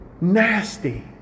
Nasty